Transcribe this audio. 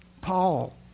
Paul